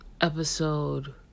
episode